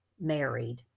married